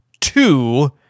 Two